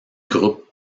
groupe